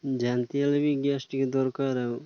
ଯେମିତି ହେଲେ ବି ଗ୍ୟାସ୍ ଟିକିଏ ଦରକାର ଆଉ